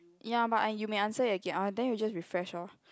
ya but I you may answer again then you just refresh lor